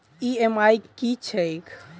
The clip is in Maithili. ई.एम.आई की छैक?